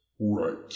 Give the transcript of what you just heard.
Right